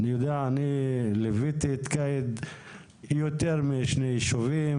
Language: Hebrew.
ליוויתי את כאיד ביותר משני יישובים